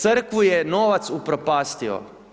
Crkvu je novac upropastio.